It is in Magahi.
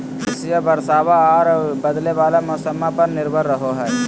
कृषिया बरसाबा आ बदले वाला मौसम्मा पर निर्भर रहो हई